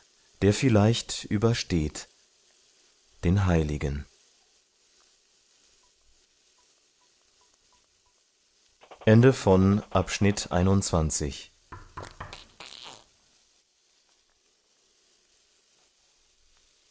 der vielleicht übersteht den heiligen